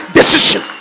decision